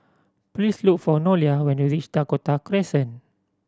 please look for Nolia when you reach Dakota Crescent